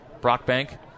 Brockbank